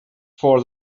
for